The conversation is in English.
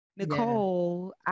Nicole